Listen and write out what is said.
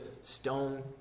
stone